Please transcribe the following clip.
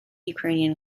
ukrainian